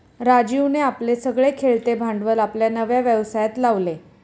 राजीवने आपले सगळे खेळते भांडवल आपल्या नव्या व्यवसायात लावले